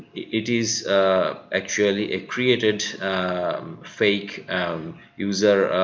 it is actually a created fake user